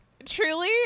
truly